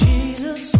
Jesus